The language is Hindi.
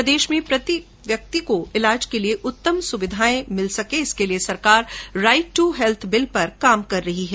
प्रदेश में प्रति व्यक्ति को इलाज के लिये उत्तम सुविधायें मिल सकें इसके लिये सरकार राईट दू हैल्थ बिल पर काम कर रही है